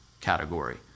category